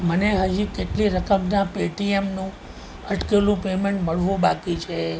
મને હજી કેટલી રકમના પેટીએમનું અટકેલું પેમેન્ટ મળવું બાકી છે